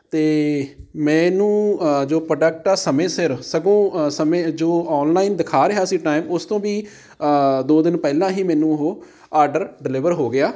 ਅਤੇ ਮੈਂਨੂੰ ਜੋ ਪ੍ਰੋਡਕਟ ਆ ਸਮੇਂ ਸਿਰ ਸਗੋਂ ਸਮੇਂ ਜੋ ਔਨਲਾਈਨ ਦਿਖਾ ਰਿਹਾ ਸੀ ਟਾਈਮ ਉਸ ਤੋਂ ਵੀ ਦੋ ਦਿਨ ਪਹਿਲਾਂ ਹੀ ਮੈਨੂੰ ਉਹ ਆਡਰ ਡਿਲੀਵਰ ਹੋ ਗਿਆ